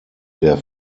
der